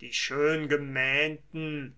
die schöngemähnten